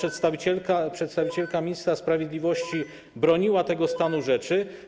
I to przedstawicielka ministra sprawiedliwości broniła tego stanu rzeczy.